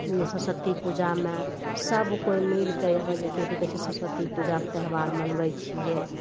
सरस्वती पूजामे सब कोइ मिलके यहाँ जेकि कि कहै छै सरस्वती पूजाके त्यौहार मनबै छियै